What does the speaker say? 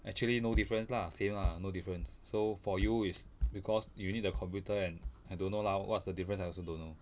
actually no difference lah same lah no difference so for you is because you need a computer and I don't know lah what's the difference I also don't know